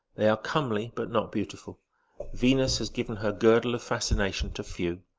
they are comely, but not beautiful venus has given her girdle of fascination to few.